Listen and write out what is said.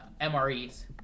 MREs